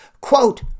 quote